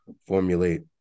formulate